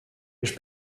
ich